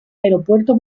aeropuerto